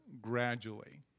gradually